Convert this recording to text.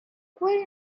quite